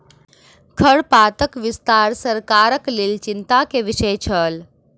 खरपातक विस्तार सरकारक लेल चिंता के विषय छल